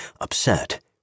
upset